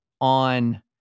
on